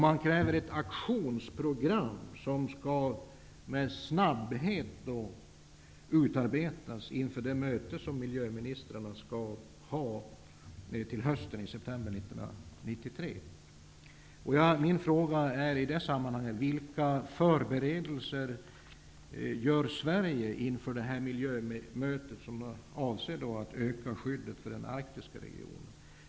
Man kräver ett aktionsprogram, som skall utarbetas med snabbhet inför det möte som miljöministrarna skall ha i september hösten 1993. Min fråga är i detta sammanhang: Vilka förberedelser gör Sverige inför det miljömöte som avser att öka skyddet för den arktiska regionen?